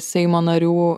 seimo narių